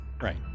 Right